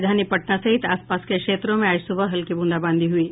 राजधानी पटना सहित आसपास के क्षेत्रों में आज सुबह हल्की ब्रंदाबांदी हुयी